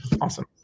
awesome